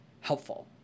helpful